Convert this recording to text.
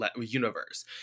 universe